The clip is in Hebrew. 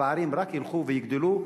הפערים רק ילכו ויגדלו,